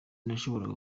nashoboraga